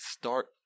start